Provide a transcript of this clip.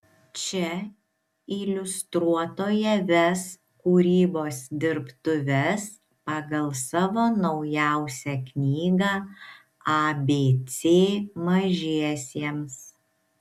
čia iliustruotoja ves kūrybos dirbtuves pagal savo naujausią knygą abc mažiesiems